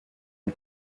une